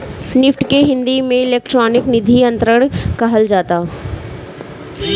NEFT के हिंदी में electronic निधि अंतरण कहल जात हवे